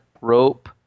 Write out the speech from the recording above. rope